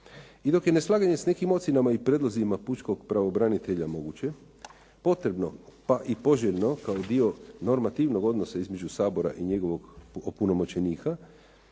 I dok je neslaganje s nekim ocjenama i prijedlozima Pučkog pravobranitelja moguće, potrebno, pa i poželjno kao i dio normativnog odnosa između Sabora i njegovog opunomoćenika,